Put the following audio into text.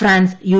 France U